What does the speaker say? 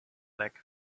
leg